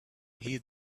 had